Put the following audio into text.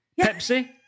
Pepsi